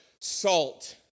salt